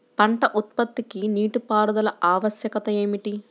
పంట ఉత్పత్తికి నీటిపారుదల ఆవశ్యకత ఏమిటీ?